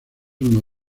uno